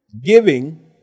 Giving